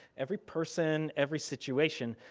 every person, every situation.